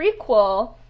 prequel